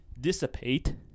dissipate